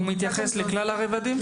הוא מתייחס לכלל הרבדים?